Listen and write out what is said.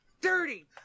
Dirty